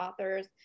authors